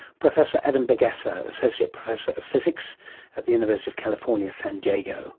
professor adam burgasser, associate professor of physics at the university of california, san diego